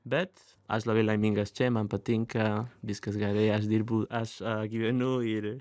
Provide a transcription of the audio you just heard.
bet aš labai laimingas čia man patinka viskas gerai aš dirbu aš gyvenu ir